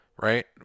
right